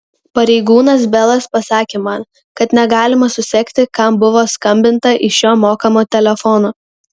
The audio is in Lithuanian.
pareigūnas belas pasakė man kad negalima susekti kam buvo skambinta iš šio mokamo telefono